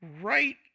right